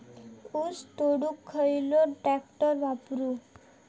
ऊस तोडुक खयलो ट्रॅक्टर वापरू?